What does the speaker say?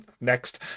next